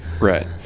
Right